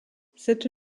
cette